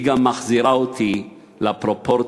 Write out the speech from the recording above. והיא גם מחזירה אותי לפרופורציות